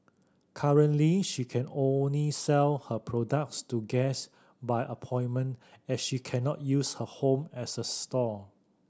currently she can only sell her products to guest by appointment as she cannot use her home as a store